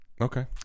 Okay